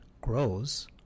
grows